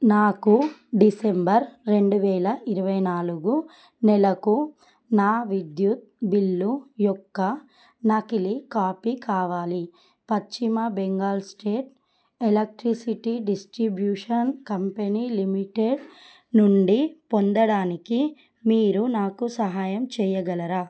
నాకు డిసెంబర్ రెండు వేల ఇరవై నాలుగు నెలకు నా విద్యుత్ బిల్లు యొక్క నకిలీ కాపీ కావాలి పశ్చిమ Bengal state electricity distribution company limited నుండి పొందడానికి మీరు నాకు సహాయం చెయ్యగలరా